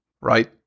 right